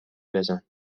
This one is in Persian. بزن